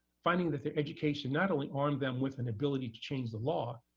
finding that their education not only armed them with an ability to change the law,